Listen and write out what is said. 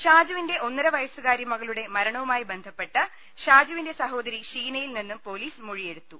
ഷാജുവിന്റെ ഒന്നരവയസ്സുകാരി മകളുടെ മരണവുമായി ബന്ധപ്പെട്ട് ഷാജുവിന്റെ സഹോദരി ഷീനയിൽ നിന്നും പോലീസ് മൊഴിയെടുത്തു